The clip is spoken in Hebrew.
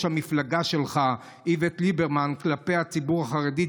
המפלגה שלך איווט ליברמן כלפי הציבור החרדי,